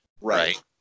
Right